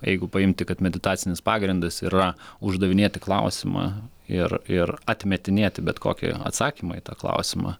jeigu paimti kad meditacinis pagrindas yra uždavinėti klausimą ir ir atmetinėti bet kokį atsakymą į tą klausimą